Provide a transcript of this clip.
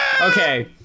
okay